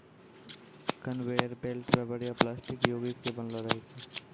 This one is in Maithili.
कनवेयर बेल्ट रबर या प्लास्टिक योगिक के बनलो रहै छै